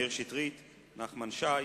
מאיר שטרית, נחמן שי,